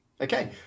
Okay